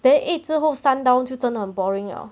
then eight 之后 sun down 就真的很 boring liao